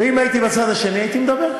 כדי שאני אבין מה אלי אלאלוף מתכוון לעשות,